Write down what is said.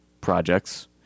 projects